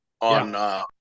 on